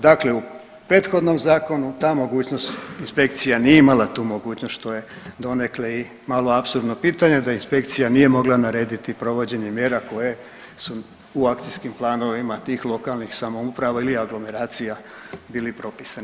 Dakle, u prethodnom zakonu ta mogućnost, inspekcija nije imala tu mogućnost što je donekle i malo apsurdno pitanje da inspekcija nije mogla narediti provođenje mjera koje su akcijskih planovima tih lokalnih samouprava ili aglomeracija bili propisani.